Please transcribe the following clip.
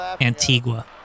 Antigua